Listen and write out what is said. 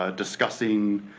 ah discussing